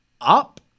up